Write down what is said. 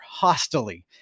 hostily